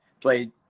played